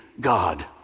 God